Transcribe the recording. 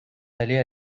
d’aller